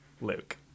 luke